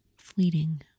Fleeting